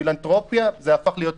פילנתרופיה הפכה להיות מחקר.